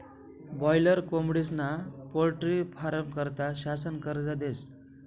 boiler कोंबडीस्ना poultry फारमं करता शासन कर्ज देस